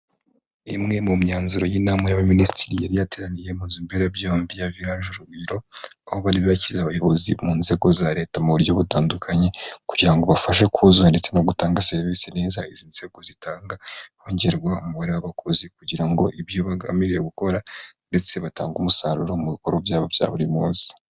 Imwe mu myanzuro y'inama y'abaminisitiri yari yateraniye mu nzu mberabyombi ya viraje urugwiro, aho bari bakiriye abayobozi mu nzego za leta mu buryo butandukanye kugira ngo bafashe kuzuza ndetse no gutanga serivisi neza izi nzego zitanga, hongerwa umubare w'abakozi kugira ngo ibyo bagambiriye gukora ndetse batange umusaruro mu bikorwa byabo bya buri munsi.